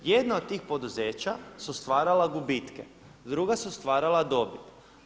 Jedna od tih poduzeća su stvarala gubitke, druga su stvarala dobit.